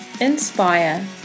inspire